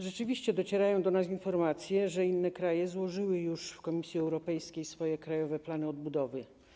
Rzeczywiście docierają do nas informacje, że inne kraje złożyły już w Komisji Europejskiej swoje krajowe plany odbudowy.